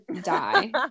die